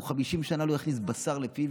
הוא 50 שנה לא הכניס בשר לפיו,